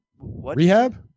Rehab